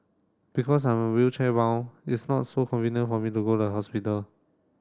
because I'm wheelchair bound it's not so convenient for me to go the hospital